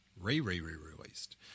Re-re-re-released